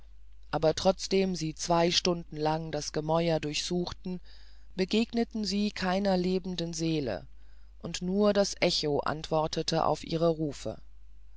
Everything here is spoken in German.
aber trotzdem sie zwei stunden lang das gemäuer durchsuchten begegneten sie keiner lebenden seele und nur das echo antwortete auf ihr rufen